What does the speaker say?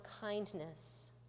kindness